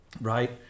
Right